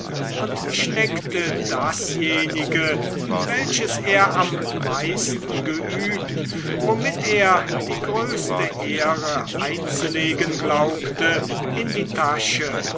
und steckte dasjenige welches er am meisten geübt womit er die größte ehre einzulegen glaubte in die tasche